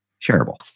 shareable